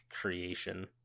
creation